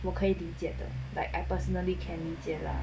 我可以理解的 like I personally can 理解了